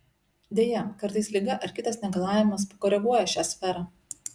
deja kartais liga ar kitas negalavimas pakoreguoja šią sferą